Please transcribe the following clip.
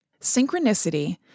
Synchronicity